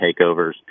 takeovers